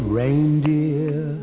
reindeer